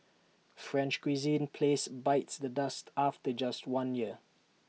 French cuisine place bites the dust after just one year